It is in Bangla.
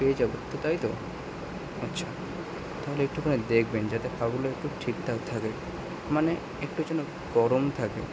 ঠিক আছে তাই তাই আচ্ছা তাহলে একটুখানি দেখবেন যাতে খাবারগুলো একটু ঠিকঠাক থাকে মানে একটু যেন গরম থাকে